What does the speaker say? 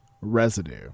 residue